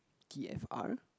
t_f_r